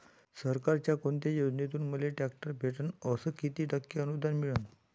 सरकारच्या कोनत्या योजनेतून मले ट्रॅक्टर भेटन अस किती टक्के अनुदान मिळन?